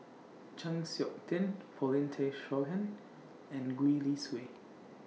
Chng Seok Tin Paulin Tay Straughan and Gwee Li Sui